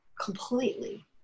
completely